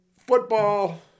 football